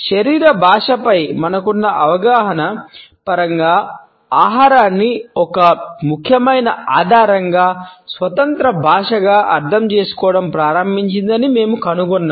శరీర భాషపై మనకున్న అవగాహన పరంగా ఆహారాన్ని ఒక ముఖ్యమైన ఆధారంగా స్వతంత్ర భాషగా అర్థం చేసుకోవడం ప్రారంభించిందని మేము కనుగొన్నాము